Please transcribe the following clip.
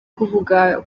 kuvuga